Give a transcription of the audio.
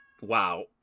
Wow